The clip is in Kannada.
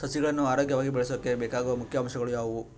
ಸಸಿಗಳನ್ನು ಆರೋಗ್ಯವಾಗಿ ಬೆಳಸೊಕೆ ಬೇಕಾಗುವ ಮುಖ್ಯ ಅಂಶಗಳು ಯಾವವು?